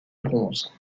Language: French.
bronze